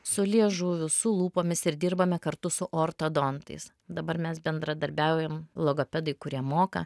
su liežuviu su lūpomis ir dirbame kartu su ortodontais dabar mes bendradarbiaujam logopedai kurie moka